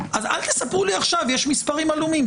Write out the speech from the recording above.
אז אל תספרו לי עכשיו שיש מספרים עלומים.